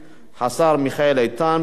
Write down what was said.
שנייה.